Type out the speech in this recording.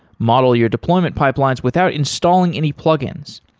model your deployment pipelines without installing any plugins.